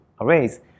arrays